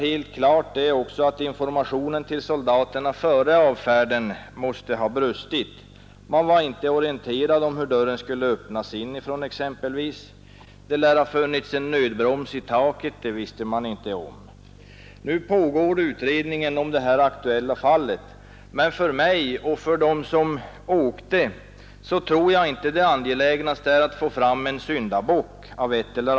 Helt klart är också att informationen till soldaterna före avfärden måste ha brustit. Man var exempelvis inte orienterad om hur dörren skulle öppnas inifrån. Det lär ha funnits en nödbroms i taket på godsfinkan — det visste de åkande inte heller om. Nu pågår utredning om det här aktuella fallet, men för mig — och för dem som åkte med — torde inte det angelägnaste vara att få fram en syndabock.